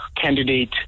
candidate